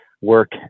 work